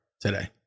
today